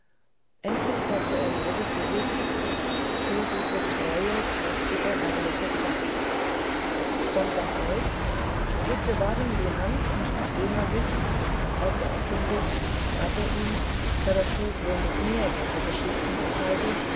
endlich sagte er leise für sich o du treue kräftige herrliche zeit stand dann auf drückte waringen die hand und nachdem er sich nach dem verfasser erkundigt bat er ihn da das buch wohl noch mehr solche geschichten enthalte